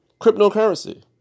cryptocurrency